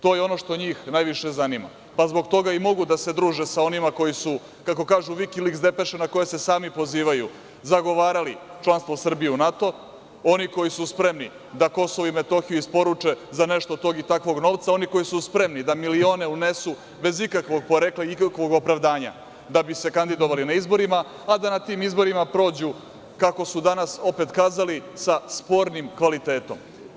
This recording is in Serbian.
To je ono što njih najviše zanima, pa zbog toga i mogu da se druže sa onima koji su, kako kaže Vikiliks, depeše na koje se sami pozivaju zagovarali članstvo Srbije u NATO, oni koji su spremni da Kosovo i Metohiju isporuče za nešto tog i takvog novca, oni koji su spremni da milione unesu bez ikakvog porekla i ikakvog opravdanja da bi se kandidovali na izborima, a da na tim izborima prođu, kako su danas opet kazali, sa spornim kvalitetom.